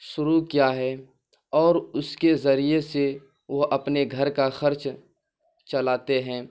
شروع کیا ہے اور اس کے ذریعے سے وہ اپنے گھر کا خرچ چلاتے ہیں